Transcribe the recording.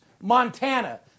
Montana